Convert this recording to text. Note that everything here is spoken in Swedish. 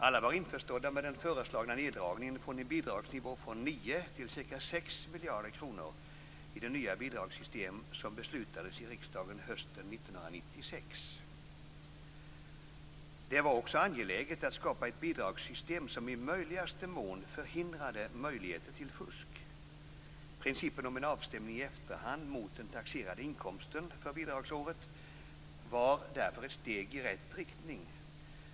Alla var införstådda med den föreslagna neddragningen från en bidragsnivå på 9 miljarder kronor till ca 6 miljarder kronor i det nya bidragssystem som beslutades i riksdagen hösten 1996. Det var också angeläget att skapa ett bidragssystem som i möjligaste mån förhindrade möjligheter till fusk. Principen om en avstämning i efterhand mot den taxerade inkomsten för bidragsåret var därför ett steg i rätt riktning.